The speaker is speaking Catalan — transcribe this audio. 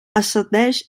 ascendeix